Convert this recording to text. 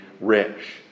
rich